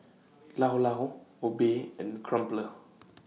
Llao Llao Obey and Crumpler